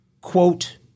quote